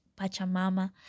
Pachamama